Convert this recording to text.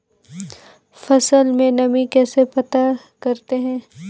फसल में नमी कैसे पता करते हैं?